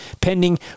pending